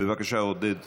בבקשה, עודד פורר,